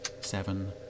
seven